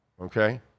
okay